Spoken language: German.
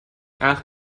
ach